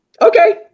Okay